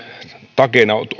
takeena